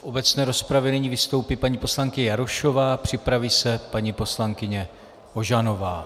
V obecné rozpravě nyní vystoupí paní poslankyně Jarošová, připraví se paní poslankyně Ožanová.